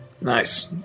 Nice